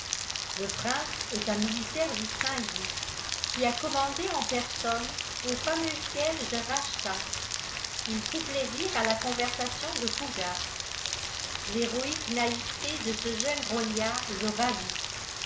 le prince est un militaire distingué qui a commandé en personne au fameux siège de rastadt il prit plaisir à la conversation de fougas l'héroïque naïveté de ce jeune grognard le ravit